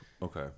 Okay